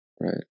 Right